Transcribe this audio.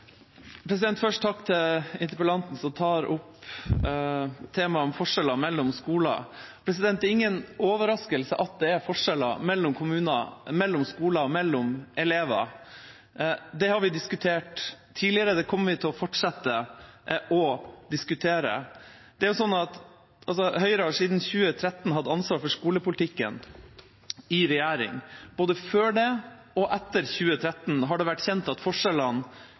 ingen overraskelse at det er forskjeller mellom kommuner, mellom skoler, mellom elever. Det har vi diskutert tidligere, og det kommer vi til å fortsette å diskutere. Høyre har siden 2013 hatt ansvar for skolepolitikken i regjering. Både før det og etter 2013 har det vært kjent at